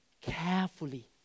Carefully